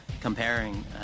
comparing